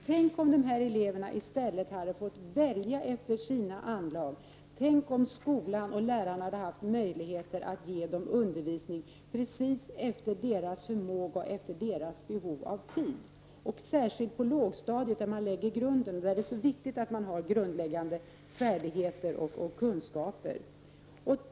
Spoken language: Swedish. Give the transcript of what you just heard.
Tänk om de eleverna i stället hade fått välja efter sina anlag, tänk om skolan och lärarna hade haft möjligheter att ge en undervisning anpassad precis efter deras förmåga och deras behov av tid, särskilt på lågstadiet, där man lägger grunden och där det är så viktigt att man har grundläggande färdigheter och kunskaper!